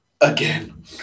again